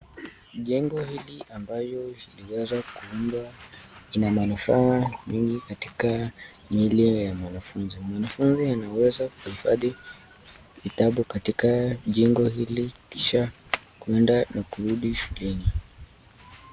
Jengo hili ambayo iliweza kuundwa ina manufaa mingi katika mwili ya mwanafunzi. Mwanafunzi anaweza kuhifadhi vitabu katika jengo hili kisha kuenda na kurudi shuleni.